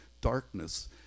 darkness